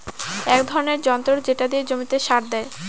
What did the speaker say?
এক ধরনের যন্ত্র যেটা দিয়ে জমিতে সার দেয়